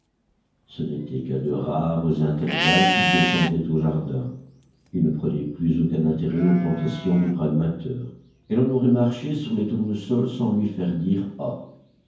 ce n'était qu'à de rares intervalles qu'il descendait au jardin il ne prenait plus aucun intérêt aux plantations de pragmater et l'on aurait marché sur les tournesols sans lui faire dire ah